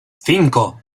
cinco